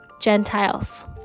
Gentiles